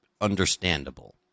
understandable